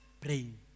praying